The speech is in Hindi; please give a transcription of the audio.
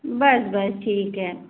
बस बस ठीक है